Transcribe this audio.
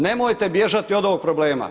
Nemojte bježati od ovog problema.